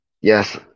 Yes